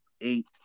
eight